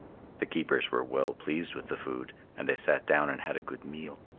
the keepers were well pleased with the food, and they sat down and had a good meal.